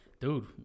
Dude